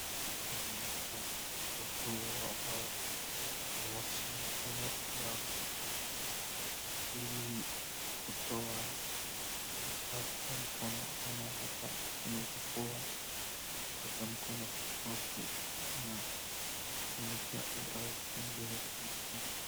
Hapa naona watoto wadogo ambao wanaosha mikono yao , ili kutoa uchafu kwa mkono ama hatari inaeza kuwa kuosha mkono kwa sababu kuna kemikali au kitu ingine kwa mkono .